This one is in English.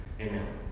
Amen